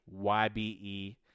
YBE